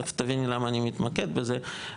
תיכף תביני למה אני מתמקד בזה,